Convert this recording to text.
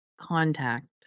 contact